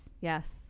yes